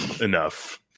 Enough